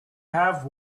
have